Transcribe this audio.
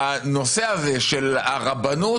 בנושא הזה של הרבנות,